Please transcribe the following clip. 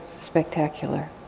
spectacular